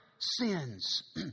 sins